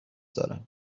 دارم